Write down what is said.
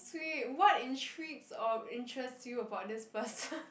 sweet what intrigues or interest you about this person